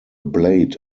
blade